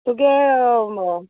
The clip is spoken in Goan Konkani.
तुगे